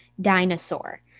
Dinosaur